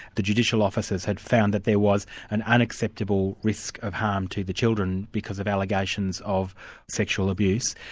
the judicial officers had found that there was an unacceptable risk of harm to the children because of allegations of sexual abuse,